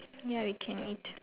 ya we can eat